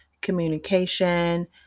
communication